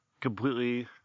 completely